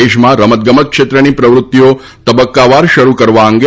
દેશમાં રમતગમત ક્ષેત્રની પ્રવૃત્તિઓ તબક્કાવાર શરૂ કરવા અંગે